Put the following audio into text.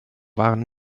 waren